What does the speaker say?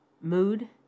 Mood